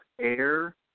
air